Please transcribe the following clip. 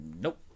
nope